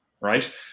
right